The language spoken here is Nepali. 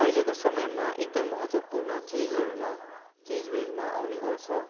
अहिलेको समयमा एकदमै महत्त्वपूर्ण चिजहरूमा चिजविजमा आउने गर्छ